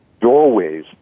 doorways